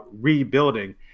rebuilding